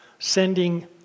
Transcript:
Sending